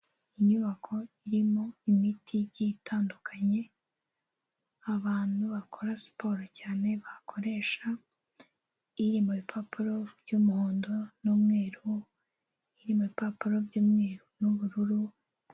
Inyubako irimo imiti igiye itandukanye, abantu bakora siporo cyane bakoresha, iri mu bipapuro by'umuhondo n'umweru, iri mu bipapuro by'umweru n'ubururu.